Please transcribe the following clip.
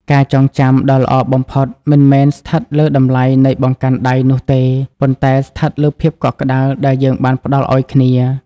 ការចងចាំដ៏ល្អបំផុតមិនមែនស្ថិតលើតម្លៃនៃបង្កាន់ដៃនោះទេ ប៉ុន្តែស្ថិតលើភាពកក់ក្តៅដែលយើងបានផ្តល់ឱ្យគ្នា។